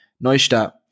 Neustadt